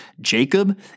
Jacob